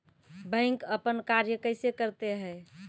Bank अपन कार्य कैसे करते है?